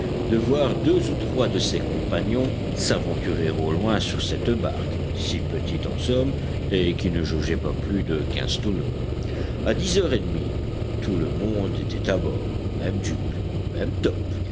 de voir deux ou trois de ses compagnons s'aventurer au loin sur cette barque si petite en somme et qui ne jaugeait pas plus de quinze tonneaux à dix heures et demie tout le monde était à bord même jup même top